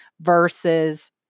versus